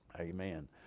Amen